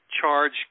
charge